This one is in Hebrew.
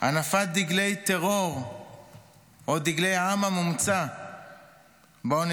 הנפת דגלי טרור או דגלי העם המומצא באוניברסיטאות